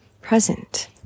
present